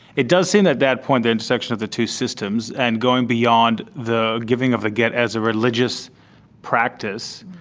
it does seem at that point the intersection of the two systems and going beyond the giving of the gett as a religious practice,